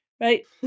right